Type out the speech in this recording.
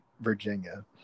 Virginia